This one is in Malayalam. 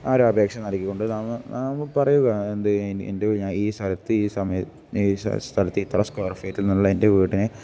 ആ ഒരു അപേക്ഷ നൽകി കൊണ്ട് നാം നാം പറയുക എന്ത് എൻ്റെ ഈ സ്ഥലത്ത് ഈ സമയത്ത് ഈ സ്ഥലത്ത് ഇത്ര സ്ക്വയർ ഫീറ്റന്നുള്ള എൻ്റെ വീടിന്